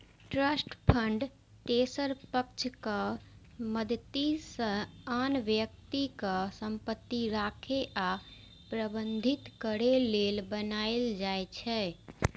trust fund तेसर पक्षक मदति सं आन व्यक्तिक संपत्ति राखै आ प्रबंधित करै लेल बनाएल जाइ छै